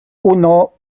uno